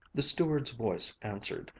the steward's voice answered,